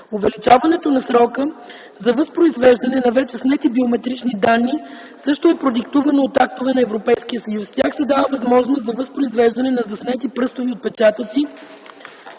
Увеличаването на срока за възпроизвеждане на вече снети биометрични данни също е продиктувано от актове на Европейския съюз. В тях се дава възможност за възпроизвеждане на заснети пръстови отпечатъци